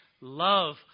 love